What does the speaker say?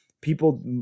People